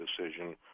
decision